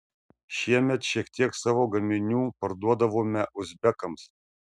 šiemet šiek tiek savo gaminių parduodavome uzbekams